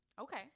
Okay